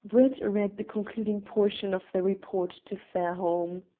brett read the concluding portion of the report to fairholme.